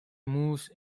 moves